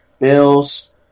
Bills